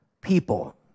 people